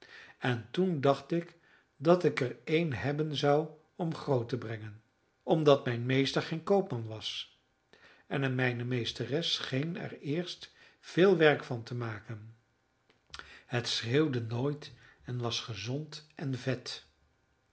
en toen dacht ik dat ik er een hebben zou om groot te brengen omdat mijn meester geen koopman was en mijne meesteres scheen er eerst veel werk van te maken het schreeuwde nooit en was gezond en vet